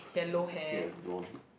i'll just take it as blonde